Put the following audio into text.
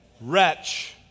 wretch